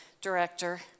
director